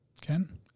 Ken